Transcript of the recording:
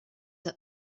that